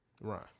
Right